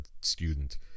student